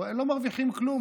לא מרוויחים כלום,